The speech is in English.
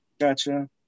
gotcha